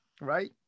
right